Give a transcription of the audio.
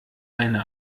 eine